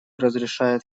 разрешает